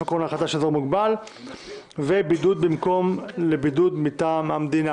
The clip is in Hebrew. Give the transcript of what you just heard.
הקורונה החדש) (בידוד במקום לבידוד מטעם המדינה),